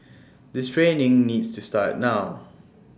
this training needs to start now